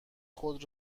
خود